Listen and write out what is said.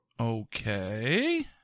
Okay